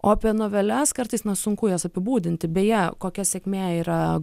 o apie noveles kartais nesunku jas apibūdinti beje kokia sėkmė yra